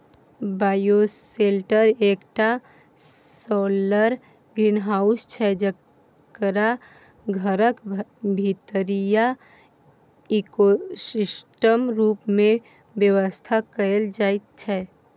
bioshelter एकटा solar greenhouse छै जकरा घरक भीतरीया इकोसिस्टम रुप मे बेबस्था कएल जाइत छै